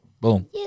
Boom